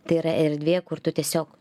tai yra erdvė kur tu tiesiog